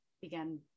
began